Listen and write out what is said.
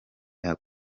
bya